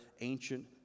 ancient